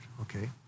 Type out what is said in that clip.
okay